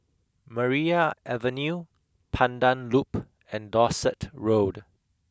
Maria Avenue Pandan Loop and Dorset Road